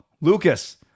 Lucas